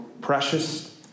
precious